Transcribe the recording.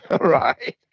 Right